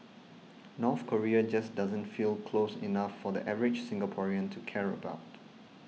North Korea just doesn't feel close enough for the average Singaporean to care about